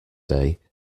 day